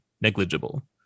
negligible